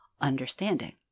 understanding